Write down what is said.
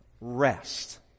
rest